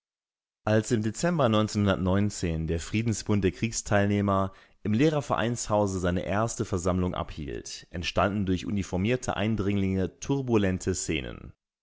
als im dezember der friedensbund der kriegsteilnehmer im lehrervereinshause seine erste versammlung abhielt entstanden durch uniformierte eindringlinge turbulente szenen